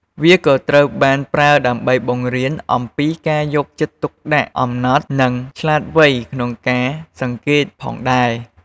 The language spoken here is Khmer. វាក៏ត្រូវបានប្រើដើម្បីបង្រៀនអំពីការយកចិត្តទុកដាក់ អំណត់ និងឆ្លាតវៃក្នុងការសង្កេតផងដែរ។